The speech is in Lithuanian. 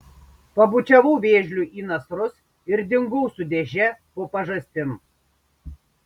pabučiavau vėžliui į nasrus ir dingau su dėže po pažastim